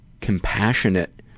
compassionate